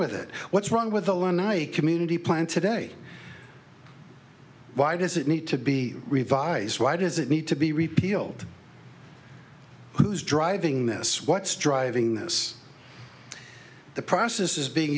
with it what's wrong with alumni community plan today why does it need to be revised why does it need to be repealed who's driving this what's driving this the process is being